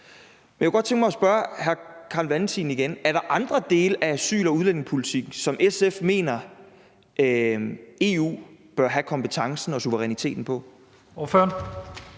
Er der andre dele af asyl- og udlændingepolitikken, som SF mener EU bør have kompetencen på og suveræniteten